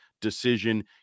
decision